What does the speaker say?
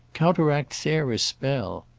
counteract sarah's spell.